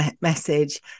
message